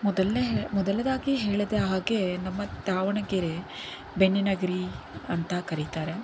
ಮೊದಲನೇ ಮೊದಲದಾಗಿ ಹೇಳಿದ ಹಾಗೆ ನಮ್ಮ ದಾವಣಗೆರೆ ಬೆಣ್ಣೆನಗರಿ ಅಂತ ಕರೀತಾರೆ